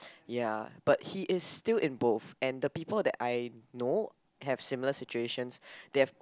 ya but he is still in both and the people that I know have similar situations they have